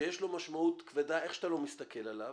שיש לו משמעות כבדה איך שאתה לא מסתכל עליו